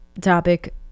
topic